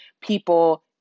people